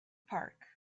park